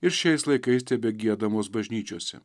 ir šiais laikais tebegiedamos bažnyčiose